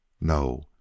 No